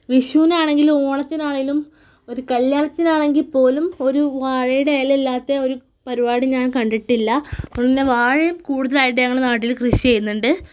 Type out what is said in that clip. വിഷൂനാണെങ്കിലും ഓണത്തിനാണെങ്കിലും ഒരു കല്യാണത്തിനാണെങ്കിൽപ്പോലും ഒരു വാഴയുടെ ഇലയില്ലാത്ത ഒരു പരിപാടി ഞാൻ കണ്ടിട്ടില്ല അതുകൊണ്ട് വാഴയും കൂടുതലായിട്ട് ഞങ്ങളുടെ നാട്ടിൽ കൃഷി ചെയ്യുന്നുണ്ട്